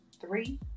three